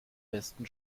besten